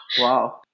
Wow